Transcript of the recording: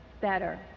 better